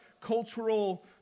cultural